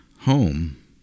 home